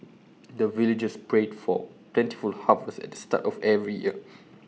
the villagers pray for plentiful harvest at the start of every year